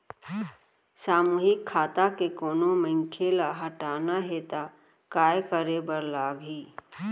सामूहिक खाता के कोनो मनखे ला हटाना हे ता काय करे बर लागही?